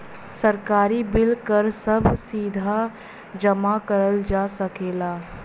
सरकारी बिल कर सभ सीधा जमा करल जा सकेला